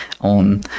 on